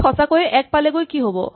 ই সঁচাকৈয়ে ১ পালেগৈ কি হ'ব